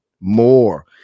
more